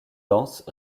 dansent